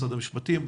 משרד המשפטים,